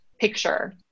picture